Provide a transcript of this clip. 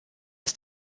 ist